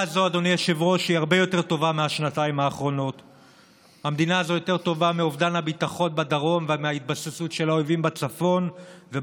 היה